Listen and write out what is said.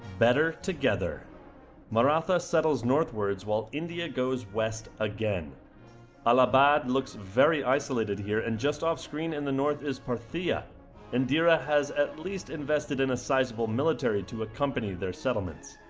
better together maratha settles northwards while india goes west again al-abaad looks very isolated here and just off screen in the north is parthia indira has at least invested in a sizeable military to accompany their settlements